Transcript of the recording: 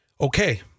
Okay